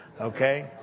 Okay